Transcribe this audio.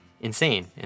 insane